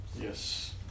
yes